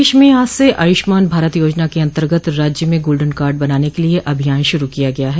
प्रदेश में आज से आयुष्मान भारत योजना के अंतर्गत राज्य में गोल्डन कार्ड बनाने के लिए अभियान शुरू किया गया है